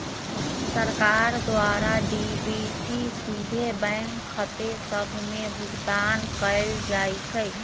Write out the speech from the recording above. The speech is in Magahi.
सरकार द्वारा डी.बी.टी सीधे बैंक खते सभ में भुगतान कयल जाइ छइ